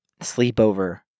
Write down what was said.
sleepover